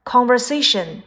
Conversation